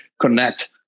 connect